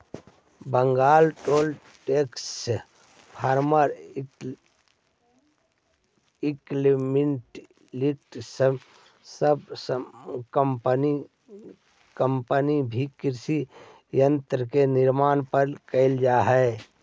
Bengal tools, Deccan farm equipments इ सब company भी कृषि यन्त्र के निर्माण करऽ हई